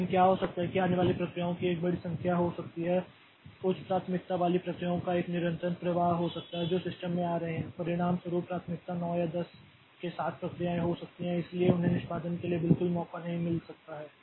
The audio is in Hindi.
लेकिन क्या हो सकता है कि आने वाली प्रक्रियाओं की एक बड़ी संख्या हो सकती है उच्च प्राथमिकता वाली प्रक्रियाओं का एक निरंतर प्रवाह हो सकता है जो सिस्टम में आ रहे हैं परिणामस्वरूप प्राथमिकता 9 या 10 के साथ प्रक्रियाएं हो सकती हैं इसलिए उन्हें निष्पादन के लिए बिल्कुल मौका नहीं मिल सकता है